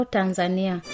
Tanzania